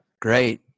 great